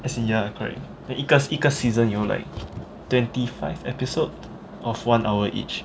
as in ya correct 一个一个 season 有 like twenty five episode of one hour each